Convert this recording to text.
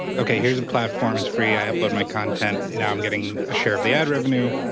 okay, here's a platform. it's free. i upload my content. now i'm getting a share of the ad revenue.